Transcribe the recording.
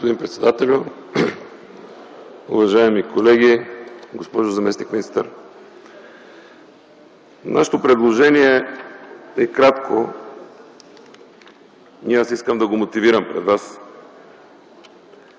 господин председателю. Уважаеми колеги, госпожо заместник-министър! Нашето предложение е кратко и искам да го мотивирам пред вас.